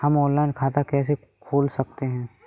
हम ऑनलाइन खाता कैसे खोल सकते हैं?